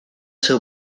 seu